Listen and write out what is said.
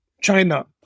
China